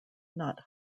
not